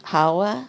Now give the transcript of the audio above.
好啊